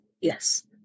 yes